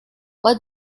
what